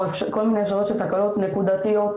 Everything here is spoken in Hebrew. כל מיני --- של תקלות נקודתיות,